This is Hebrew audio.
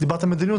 דיברת על מדיניות,